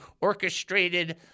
orchestrated